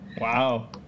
wow